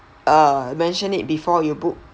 uh mentioned it before you book